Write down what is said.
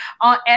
on